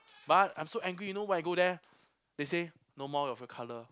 but I'm so angry you know when I go there they say no more of your color